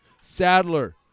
Sadler